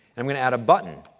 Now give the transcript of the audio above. i'm going to add a button.